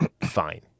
Fine